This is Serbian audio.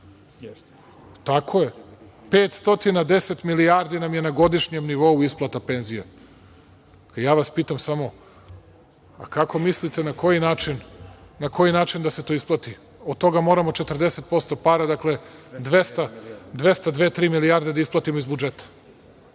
Tako je, 510 milijardi nam je na godišnjem nivou isplata penzija. Ja vas pitam samo – a kako mislite na koji način da se to isplati, od toga moramo 40% para, dakle 202, 203 milijarde da isplatimo iz budžeta,